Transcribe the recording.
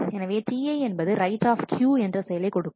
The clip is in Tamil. எனவே Ti என்பது write என்ற செயலை கொடுக்கும்